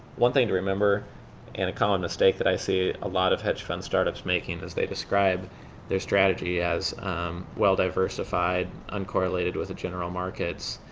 one thing to remember and a common mistake that i see a lot of hedge fund startups making, is they describe their strategy as well-diversified, uncorrelated with the general markets.